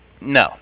No